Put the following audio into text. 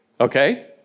Okay